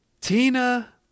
Tina